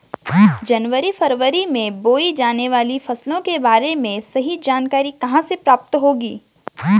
जनवरी फरवरी में बोई जाने वाली फसलों के बारे में सही जानकारी कहाँ से प्राप्त होगी?